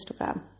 Instagram